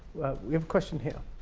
we have a question here.